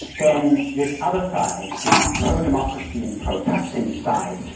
then this other side, the pro-democracy and pro-thaksin side,